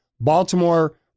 Baltimore